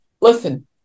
listen